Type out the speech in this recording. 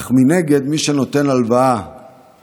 אך מנגד, מי שנותן הלוואה